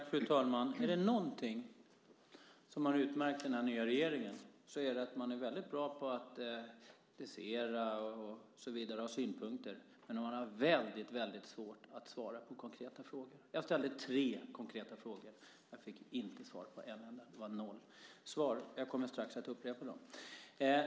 Fru talman! Något som har utmärkt den här nya regeringen är att man är väldigt bra på att kritisera och ha synpunkter, men har väldigt svårt att svara på konkreta frågor. Jag ställde tre konkreta frågor. Jag fick inte svar på en enda. Det var noll svar. Jag kommer strax att upprepa dem.